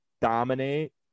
dominate